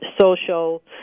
social